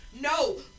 no